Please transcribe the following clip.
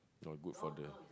not good for the